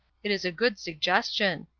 it is a good suggestion.